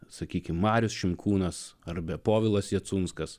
sakykime marius šinkūnas arbe povilas jacunskas